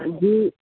जी